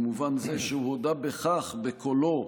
במובן זה שהוא הודה בכך בקולו,